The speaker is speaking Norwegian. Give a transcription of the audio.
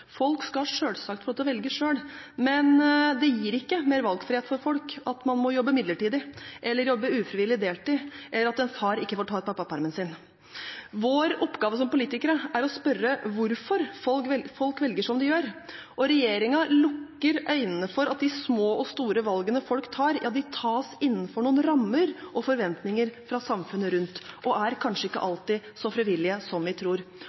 Folk skal selvsagt få lov til å velge selv, men det gir ikke større valgfrihet for folk at man må jobbe midlertidig, at man må jobbe ufrivillig deltid, eller at en far ikke får ta ut pappapermen sin. Vår oppgave som politikere er å spørre hvorfor folk velger som de gjør. Regjeringen lukker øynene for at de små og store valgene folk tar, tas innenfor noen rammer og forventninger fra samfunnet rundt og kanskje ikke alltid er så frivillige som vi tror.